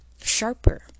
sharper